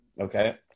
Okay